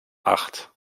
acht